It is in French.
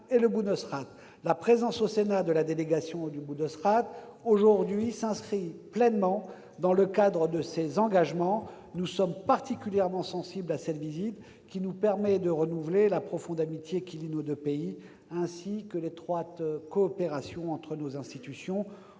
La présence au Sénat de la délégation du Bundesrat aujourd'hui s'inscrit pleinement dans le cadre de ces engagements. Nous sommes particulièrement sensibles à cette visite, qui nous permet de renouveler la profonde amitié qui lie nos deux pays, ainsi que l'étroite coopération entre nos institutions.